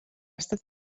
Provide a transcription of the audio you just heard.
estat